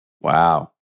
Wow